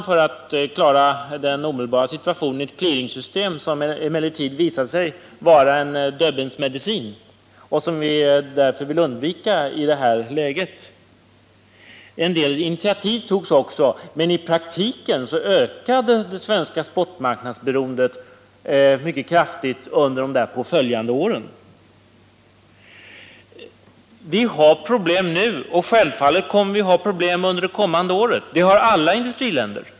För att klara den omedelbara situationen tillgrep man då ett clearingsystem, som emellertid visade sig vara en Döbelnsmedicin och som vi därför vill undvika i detta läge. En del initiativ togs också, men i praktiken ökade det svenska spotmarknadsberoendet mycket kraftigt under de därpå följande åren. Vi har problem nu, och självfallet kommer vi att ha problem under det kommande året. Det har alla industriländer.